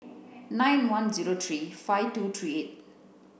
nine one zero three five two three eight